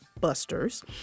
busters